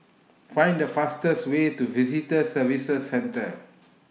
Find The fastest Way to Visitor Services Centre